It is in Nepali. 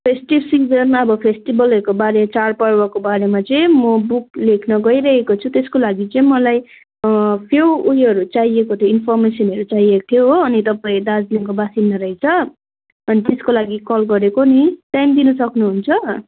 फेस्टिभ सिजन अब फेस्टिभलहरूको बारे चाड पर्वको बारेमा चाहिँ म बुक लेख्न गइहरेको छु त्यसको लागि चाहिँ मलाई फिउ उयोहरू चाहिएको थियो इन्फर्मेसनहरू चाहिएको थियो हो अनि तपाईँ दार्जिलिङको बासिन्दा रहेछ अनि त्यसको लागि कल गरेको नि टाइम दिनु सक्नुहुन्छ